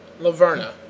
Laverna